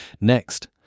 Next